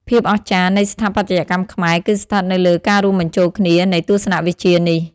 ភាពអស្ចារ្យ នៃស្ថាបត្យកម្មខ្មែរគឺស្ថិតនៅលើការរួមបញ្ចូលគ្នានៃទស្សនវិជ្ជានេះ។